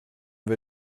wir